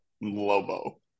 Lobo